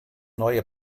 neue